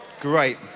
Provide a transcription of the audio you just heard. Great